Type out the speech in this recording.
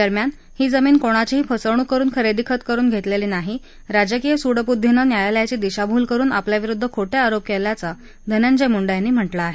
दरम्यान ही जमीन कोणाचीही फसवणूक करुन खरेदी खत करुन घेतलेली नाही राजकीय सूडबुद्धीनं न्यायालयाची दिशाभूल करुन आपल्या विरुद्ध खोटे आरोप केल्याचा धनंजय मुंडे यांनी म्हटलं आहे